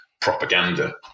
propaganda